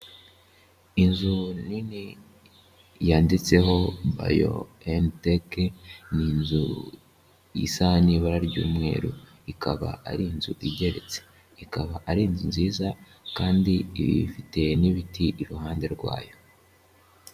Inzu nini, yanditseho bayo eniteke ni inzu, isa n'ibara ry'umweru ikaba ari inzu igeretse. Ikaba ari inzu nziza kandi ifite n'ibiti iruhande rwayo.